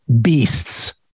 beasts